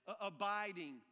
abiding